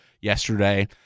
yesterday